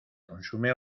consume